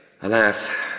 Alas